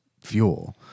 fuel